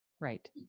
right